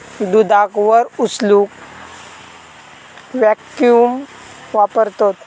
दुधाक वर उचलूक वॅक्यूम वापरतत